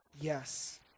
yes